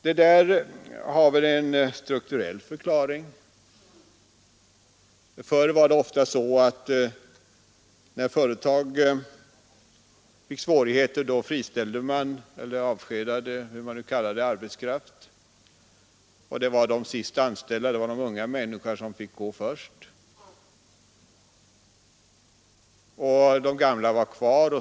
Det finns en strukturell förklaring. När företag förr fick svårigheter friställdes arbetskraft. Det var de senast anställda, de unga människorna, som först fick gå. De gamla fick stanna.